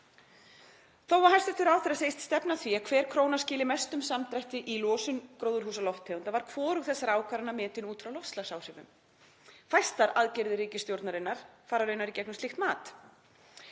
Þó að hæstv. ráðherra segist stefna að því að hver króna skili sem mestum samdrætti í losun gróðurhúsalofttegunda var hvorug þessara ákvarðana metin út frá loftslagsáhrifum. Fæstar aðgerðir ríkisstjórnarinnar fara raunar í gegnum slíkt mat.